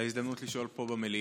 על ההזדמנות לשאול פה במליאה.